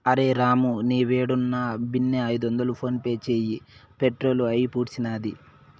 అరె రామూ, నీవేడున్నా బిన్నే ఐదొందలు ఫోన్పే చేయి, పెట్రోలు అయిపూడ్సినాది